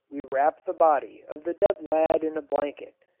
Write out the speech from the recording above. we wrapped the body of the dead lad in a blanket,